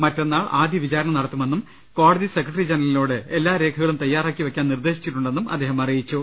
മറ്റന്നാൾ ആദ്യ വിചാരണ നടത്തുമെന്നും കോടതി സെക്രട്ടറി ജനറലി നോട് എല്ലാ രേഖകളും തയ്യാറാക്കി വയ്ക്കാൻ നിർദ്ദേശിച്ചിട്ടുണ്ടെന്നും അദ്ദേഹം അറിയിച്ചു